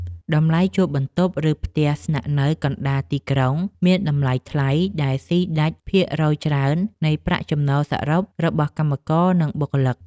តម្លៃជួលបន្ទប់ ឬផ្ទះស្នាក់នៅកណ្តាលទីក្រុងមានតម្លៃថ្លៃដែលស៊ីដាច់ភាគរយច្រើននៃប្រាក់ចំណូលសរុបរបស់កម្មករនិងបុគ្គលិក។